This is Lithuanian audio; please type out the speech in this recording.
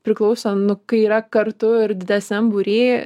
priklauso nu kai yra kartu ir didesniam būry